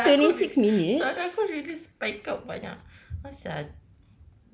suddenly aku pu~ suddenly aku punya spike up banyak apasal